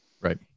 Right